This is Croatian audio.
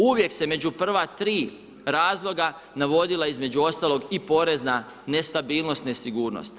Uvijek se među prva tri razloga navodila između ostalog i porezna nestabilnost, nesigurnost.